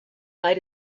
might